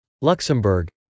Luxembourg